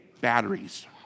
batteries